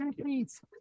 please